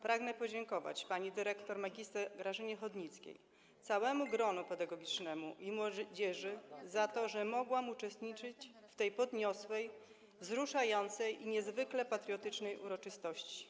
Pragnę podziękować pani dyrektor mgr Grażynie Chodnickiej, całemu gronu pedagogicznemu i młodzieży za to, że mogłam uczestniczyć w tej podniosłej, wzruszającej i niezwykle patriotycznej uroczystości.